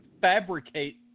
fabricate